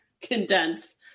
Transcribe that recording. condense